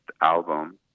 album